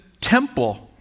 temple